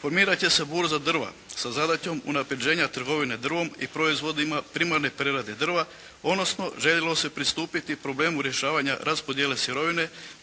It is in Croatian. Formirat će burza drva sa zadaćom unapređenja trgovine drvom i proizvodima primarne prerade drva odnosno željelo se pristupiti problemu rješavanja raspodjele sirovine